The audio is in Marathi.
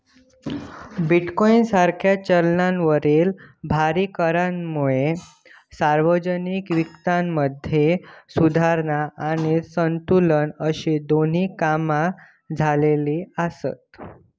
बिटकॉइन सारख्या चलनावरील भारी करांमुळे सार्वजनिक वित्तामध्ये सुधारणा आणि संतुलन अशी दोन्ही कामा झालेली आसत